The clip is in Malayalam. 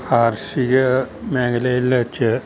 കാർഷിക മേഖലയില് വച്ച്